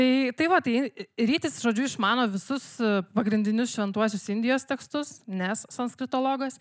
tai tai va tai rytis žodžiu išmano visus pagrindinius šventuosius indijos tekstus nes sanskritologas